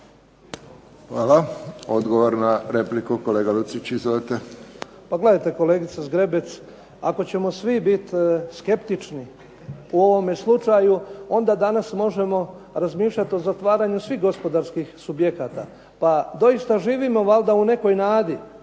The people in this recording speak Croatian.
Hvala. Odgovor na repliku kolega Lucić. Izvolite. **Lucić, Franjo (HDZ)** Pa gledajte kolegice Zgrebec, ako ćemo svi biti skeptični u ovome slučaju onda danas možemo razmišljati o zatvaranju svih gospodarskih subjekata. Pa doista živimo valjda u nekoj nadi